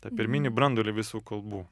tą pirminį branduolį visų kalbų